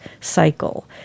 cycle